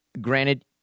granted